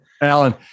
Alan